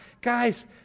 guys